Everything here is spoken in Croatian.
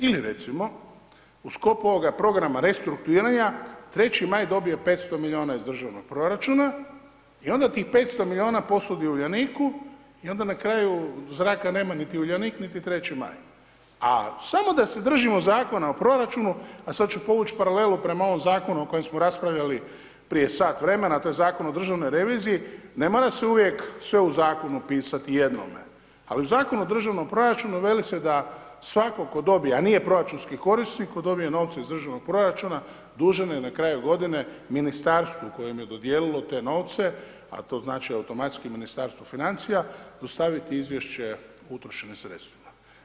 Ili recimo, u sklopu ovog programa restrukturiranja 3. Maj je dobio 500 milijuna iz državnog proračuna i onda tih 500 milijuna posudi Uljaniku i onda na kraju zraka nema ni Uljanik, niti 3. Maj., a samo da se držimo Zakona o proračunu, a sad ću povući paralelu prema ovom zakonu o kojem smo raspravljali prije sat vremena, to je Zakon o državnoj reviziji, ne mora se uvijek sve u zakonu pisati jednome, a u Zakonu o državnom proračunu veli se da svatko tko dobije, a nije proračunski korisnik, tko dobije novce iz državnog proračuna, dužan je na kraju godine ministarstvu koje mu je dodijelilo te novce, a to znači automatski Ministarstvu financija, dostaviti izvješće o utrošenim sredstvima.